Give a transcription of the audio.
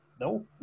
No